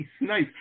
Nice